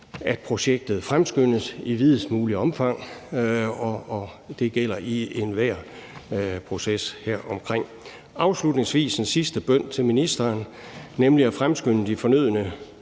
at projektet fremskyndes i videst muligt omfang, og det gælder enhver proces heromkring. Afslutningsvis har jeg en sidste bøn til ministeren, nemlig at fremskynde de fornødne